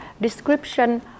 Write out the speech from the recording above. description